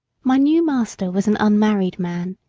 my new master was an unmarried man.